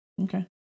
Okay